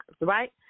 right